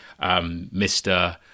Mr